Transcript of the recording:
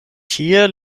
tie